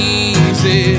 easy